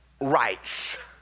rights